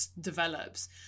develops